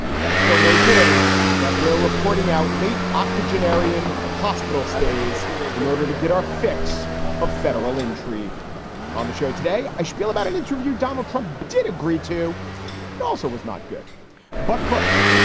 but it's still no good that we're reporting out late octogenarian hospital stays in order to get our fix of federal intrigue on the show today. i spiel about an interview donald trump did agree to. it also was not good but first,